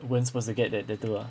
weren't supposed to get that tattoo ah